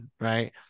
right